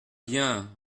bien